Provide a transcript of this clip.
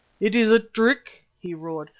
it is a trick! he roared.